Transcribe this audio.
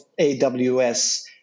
AWS